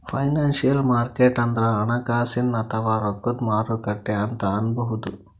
financial market ಅಂದ್ರ ಹಣಕಾಸಿನ್ ಅಥವಾ ರೊಕ್ಕದ್ ಮಾರುಕಟ್ಟೆ ಅಂತ್ ಅನ್ಬಹುದ್